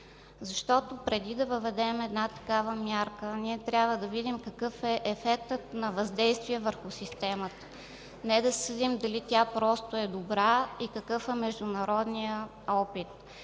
Защото преди да въведем такава мярка, ние трябва да видим какъв е ефектът на въздействие върху системата – не да следим дали тя просто е добра, а и какъв е международният опит.